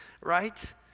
right